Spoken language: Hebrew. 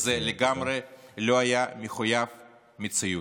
וזה לגמרי לא היה מחויב המציאות.